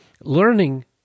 learning